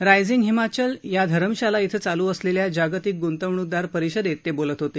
rising Himachal या धरमशाला इथं चालू असलेल्या जागतिक ग्ंतवण्कदार परिषदेत ते बोलत होते